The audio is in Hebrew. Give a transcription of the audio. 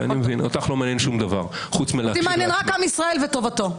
אותי מעניין רק עם ישראל וטובתו.